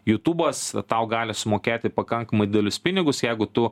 jutubas tau gali sumokėti pakankamai didelius pinigus jeigu tu